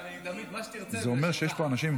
זה אומר שיש פה אנשים עם